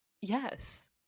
yes